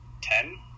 ten